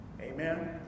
Amen